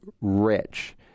rich